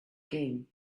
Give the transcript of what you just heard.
came